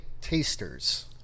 tasters